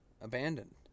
Abandoned